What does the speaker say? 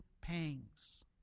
pangs